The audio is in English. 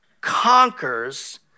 conquers